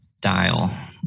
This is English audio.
dial